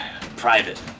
private